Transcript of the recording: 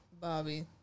Bobby